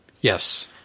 yes